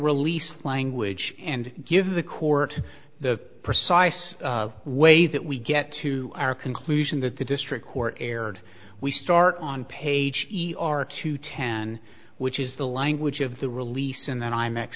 release language and give the court the precise way that we get to our conclusion that the district court erred we start on page two ten which is the language of the release and then i mix